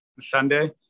Sunday